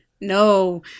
No